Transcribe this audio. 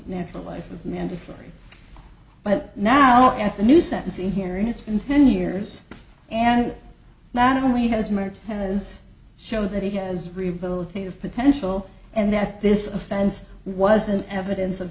natural life was mandatory but now at the new sentencing hearing it's been ten years and not only has merit has show that he has rehabilitative potential and that this offense wasn't evidence of